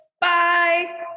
Bye